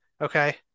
okay